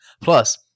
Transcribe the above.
Plus